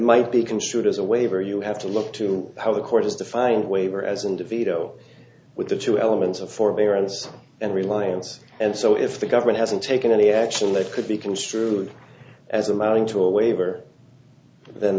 might be construed as a waiver you have to look to how the court is defining a waiver as and a video with the two elements of forbearance and reliance and so if the government hasn't taken any action that could be construed as amounting to a waiver then